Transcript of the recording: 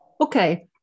Okay